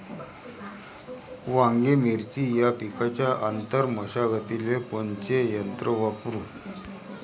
वांगे, मिरची या पिकाच्या आंतर मशागतीले कोनचे यंत्र वापरू?